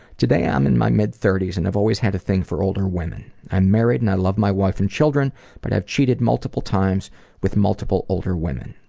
today i'm in my mid thirty s and i've always had a thing for older women. i'm married and i love my wife and children but i've cheated multiple times with multiple older women.